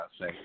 say